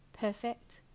Perfect